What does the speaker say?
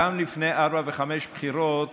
גם לפני ארבע וחמש בחירות